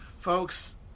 folks